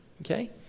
okay